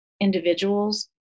individuals